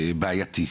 בעייתי.